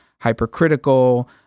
Hypercritical